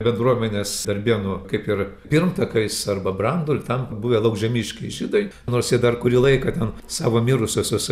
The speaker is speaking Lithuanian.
bendruomenės darbėnų kaip ir pirmtakais arba branduoliu tampa buvę laukžemiškiai žydai nors jie dar kurį laiką ten savo mirusiuosius